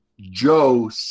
Joe